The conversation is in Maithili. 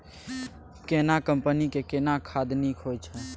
केना कंपनी के केना खाद नीक होय छै?